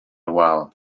wal